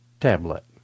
tablet